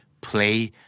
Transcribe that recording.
PLAY